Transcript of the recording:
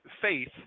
faith